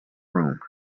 room